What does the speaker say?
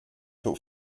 für